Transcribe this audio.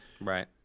Right